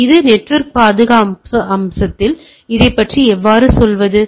எனவே இந்த நெட்வொர்க் பாதுகாப்பு அம்சத்தில் இதைப் பற்றி எவ்வாறு செல்வது